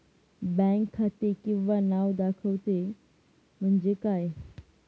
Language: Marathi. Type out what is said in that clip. बँक खाते किंवा नाव दाखवते म्हणजे काय?